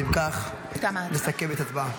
אם כך, נא לסכם את ההצבעה.